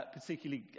particularly